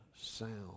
sound